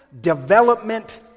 development